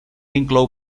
inclou